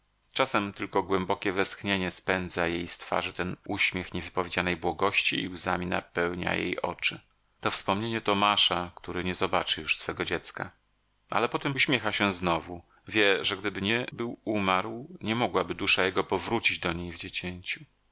czasem tylko głębokie westchnienie spędza jej z twarzy ten uśmiech niewypowiedzianej błogości i łzami napełnia jej oczy to wspomnienie tomasza który nie zobaczy już swego dziecka ale potem uśmiecha się znowu wie że gdyby nie był umarł nie mogłaby dusza jego powrócić do niej w dziecięciu